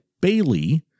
bailey